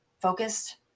focused